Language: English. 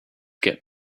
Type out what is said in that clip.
get